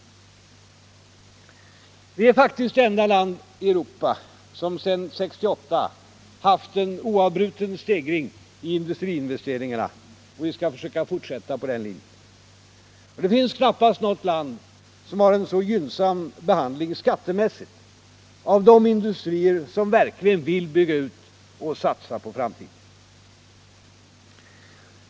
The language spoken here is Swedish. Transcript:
Sverige är faktiskt det enda land i Europa som sedan 1968 haft en oavbruten stegring i industriinvesteringarna och vi skall försöka fortsätta på den linjen. Det finns knappast något land som har en så gynnsam behandling skattemässigt av de industrier som verkligen vill bygga ut och satsa på framtiden.